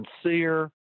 sincere